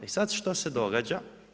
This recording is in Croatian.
I sad što se događa?